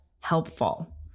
helpful